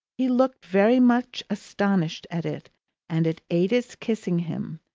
he looked very much astonished at it and at ada's kissing him,